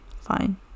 Fine